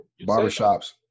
barbershops